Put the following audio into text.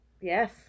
Yes